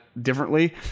differently